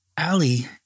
Ali